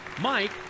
Mike